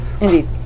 Indeed